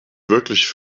wirklich